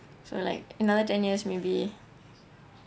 so like another ten years maybe